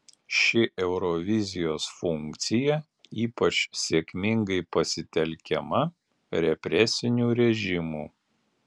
ši eurovizijos funkcija ypač sėkmingai pasitelkiama represinių režimų